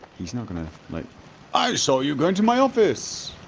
he's not gonna like i saw you go into my office!